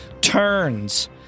turns